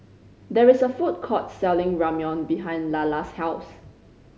there is a food court selling Ramyeon behind Lalla's house